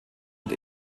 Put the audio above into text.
mit